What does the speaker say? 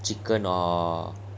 chicken or